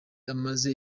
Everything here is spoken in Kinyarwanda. amaze